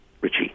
Richie